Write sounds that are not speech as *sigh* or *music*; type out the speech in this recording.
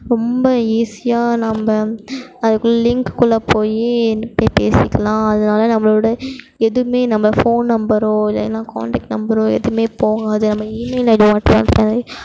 ரொம்ப ஈஸியாக நம்ம அதுக்குள்ளே லிங்க்குள்ளே போய் பேசிக்கலாம் அதனால நம்மளோட எதுவுமே நம்ம ஃபோன் நம்பரோ இல்லை எதனால் காண்டக்ட் நம்பரோ எதுவுமே போகாது நம்ம ஈமெயில் ஐடி மட்டும் *unintelligible*